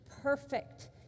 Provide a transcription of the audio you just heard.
perfect